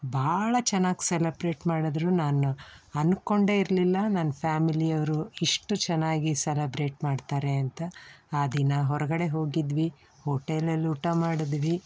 ಭಾಳ ಚೆನ್ನಾಗಿ ಸೆಲಬ್ರೇಟ್ ಮಾಡಿದ್ರು ನಾನು ಅಂದುಕೊಂಡೇ ಇರಲಿಲ್ಲ ನನ್ನ ಫ್ಯಾಮಿಲಿಯವ್ರು ಇಷ್ಟು ಚೆನ್ನಾಗಿ ಸೆಲಬ್ರೇಟ್ ಮಾಡ್ತಾರೆ ಅಂತ ಆ ದಿನ ಹೊರಗಡೆ ಹೋಗಿದ್ವಿ ಹೋಟೆಲಲ್ಲಿ ಊಟ ಮಾಡಿದ್ವಿ